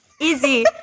easy